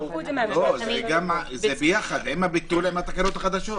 זה ביחד, עם הביטול, עם התקנות החדשות.